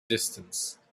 distance